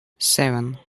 seven